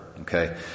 Okay